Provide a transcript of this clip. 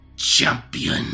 champion